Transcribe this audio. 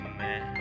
man